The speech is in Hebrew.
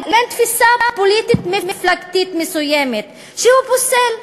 "לבין תפיסה פוליטית מפלגתית מסוימת שהוא פוסל",